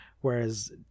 whereas